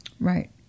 Right